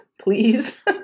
please